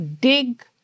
dig